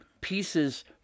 pieces